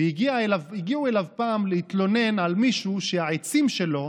הגיעו אליו פעם להתלונן על מישהו שהעצים שלו,